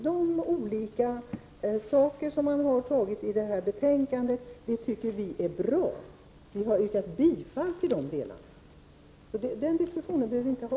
De olika saker som har tagits upp i betänkandet tycker vi är bra, och vi tillstyrker förslagen. Så någon diskussion där behöver vi inte ha.